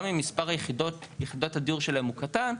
גם אם מספר יחידות הדיור שלהם הוא קטן,